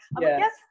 yes